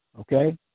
okay